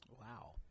Wow